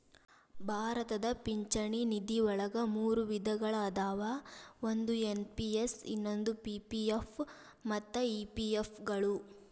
ಭಾರತದ ಪಿಂಚಣಿ ನಿಧಿವಳಗ ಮೂರು ವಿಧಗಳ ಅದಾವ ಒಂದು ಎನ್.ಪಿ.ಎಸ್ ಇನ್ನೊಂದು ಪಿ.ಪಿ.ಎಫ್ ಮತ್ತ ಇ.ಪಿ.ಎಫ್ ಗಳು